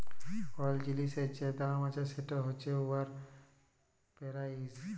call জিলিসের যে দাম আছে সেট হছে উয়ার পেরাইস